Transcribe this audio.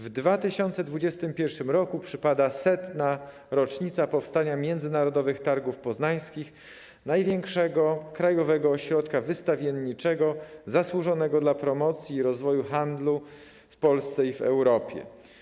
W 2021 roku przypada 100. rocznica powstania Międzynarodowych Targów Poznańskich - największego krajowego ośrodka wystawienniczego, zasłużonego dla promocji i rozwoju handlu w Polsce i w Europie.